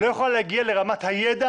לא יכולה להגיע לרמת הידע